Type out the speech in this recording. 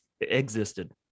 Existed